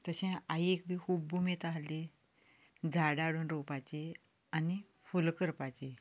तशेंच आईक बी खूब उमेद आसली झाडां हाडून रोवपाचीं आनी फुलां करपाचीं